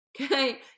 Okay